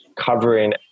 covering